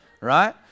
right